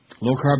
Low-carb